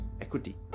equity